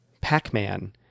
pac-man